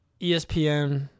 ESPN